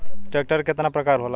Tractor के केतना प्रकार होला?